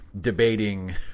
debating